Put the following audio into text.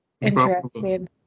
Interesting